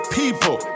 people